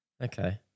Okay